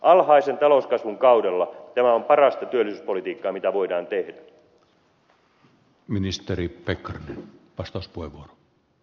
alhaisen talouskasvun kaudella tämä on parasta työllisyyspolitiikkaa mitä voidaan tehdä